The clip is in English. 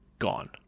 gone